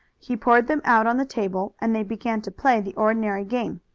he poured them out on the table and they began to play the ordinary game.